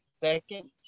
second